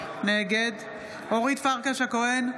נגד אורית פרקש הכהן,